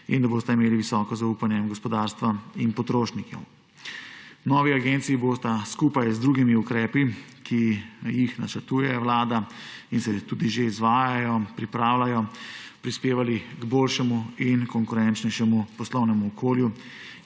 in da bosta imeli visoko zaupanje gospodarstva in potrošnikov. Novi agenciji bosta skupaj z drugimi ukrepi, ki jih načrtuje Vlada in se tudi že izvajajo, pripravljajo, prispevali k boljšemu in konkurenčnejšemu poslovnemu okolju,